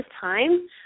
time